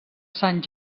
sant